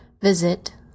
visit